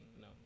no